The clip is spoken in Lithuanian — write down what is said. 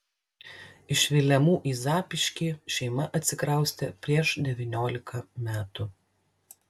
iš vilemų į zapyškį šeima atsikraustė prieš devyniolika metų